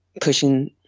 pushing